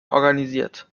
organisiert